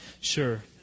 Sure